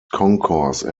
concourse